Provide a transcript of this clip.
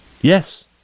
Yes